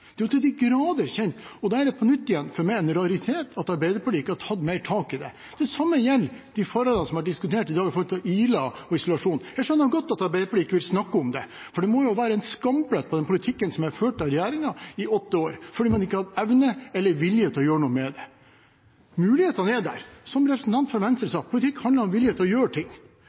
Det er til de grader kjent. Det er en raritet for meg at Arbeiderpartiet ikke har tatt mer tak i det. Det samme gjelder de forholdene vi har diskutert i dag når det gjelder Ila og isolasjon. Jeg skjønner godt at Arbeiderpartiet ikke vil snakke om det. Det må jo være en skamplett på den politikken som har vært ført av regjeringen i åtte år, at man ikke har hatt evne eller vilje til å gjøre noe med det. Men mulighetene er der. Som representanten fra Venstre sa: Politikk handler om vilje til å gjøre